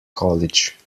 college